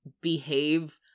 behave